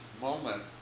moment